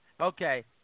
Okay